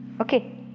Okay